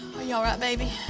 are you all right, baby?